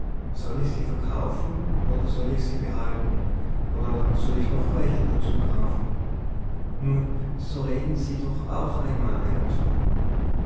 soll ich se verkaufen oder soll ich se behalten oder soll ich noch welche dazu kaufen nu so reden se doch auch einmal einen ton